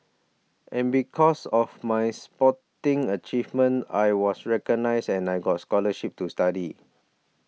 and because of my sporting achievements I was recognised and I got scholarships to study